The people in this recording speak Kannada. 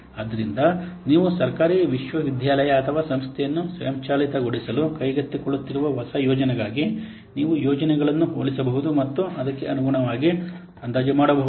ಆದ್ದರಿಂದ ನೀವು ಸರ್ಕಾರಿ ವಿಶ್ವವಿದ್ಯಾಲಯ ಅಥವಾ ಸಂಸ್ಥೆಯನ್ನು ಸ್ವಯಂಚಾಲಿತಗೊಳಿಸಲು ಕೈಗೊಳ್ಳುತ್ತಿರುವ ಹೊಸ ಯೋಜನೆಗಾಗಿ ನೀವು ಯೋಜನೆಗಳನ್ನು ಹೋಲಿಸಬಹುದು ಮತ್ತು ಅದಕ್ಕೆ ಅನುಗುಣವಾಗಿ ಅಂದಾಜು ಮಾಡಬಹುದು